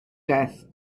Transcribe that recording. death